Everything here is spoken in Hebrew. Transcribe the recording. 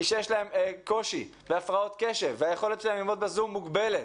שיש להם קושי והפרעות קשב והיכולת שלהם ללמוד בזום מוגבלת,